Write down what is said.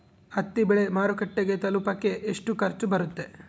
ಹತ್ತಿ ಬೆಳೆ ಮಾರುಕಟ್ಟೆಗೆ ತಲುಪಕೆ ಎಷ್ಟು ಖರ್ಚು ಬರುತ್ತೆ?